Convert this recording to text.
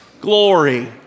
glory